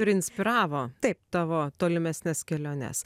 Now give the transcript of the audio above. ir inspiravo taip tavo tolimesnes keliones